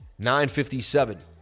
957